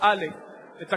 מאוד אם נקבע מסגרת זמן,